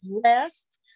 blessed